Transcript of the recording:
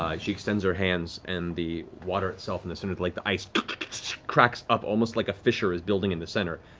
she extends her hands and the water itself in the center of the lake, the ice cracks up, almost like a fissure is building in the center.